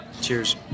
cheers